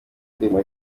ndirimbo